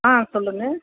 ஆ சொல்லுங்கள்